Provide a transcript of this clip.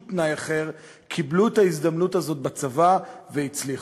תנאי אחר קיבלו את ההזדמנות הזאת בצבא והצליחו.